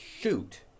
shoot